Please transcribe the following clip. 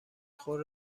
خود